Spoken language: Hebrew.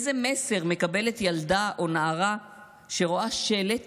איזה מסר מקבלת ילדה או נערה שרואה שלט